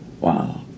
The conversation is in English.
wow